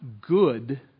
good